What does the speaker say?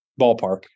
ballpark